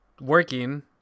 working